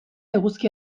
eguzki